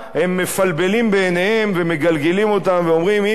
הם מפלבלים בעיניהם ומגלגלים אותן ואומרים: הנה,